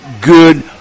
good